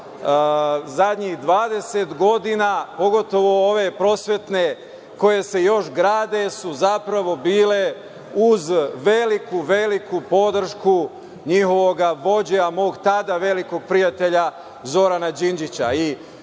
zadnjih 20 godina, pogotovo ove prosvetne koje se još grade, su zapravo bile uz veliku, veliku podršku njihovog vođe, a mog tada velikog prijatelja Zorana Đinđića.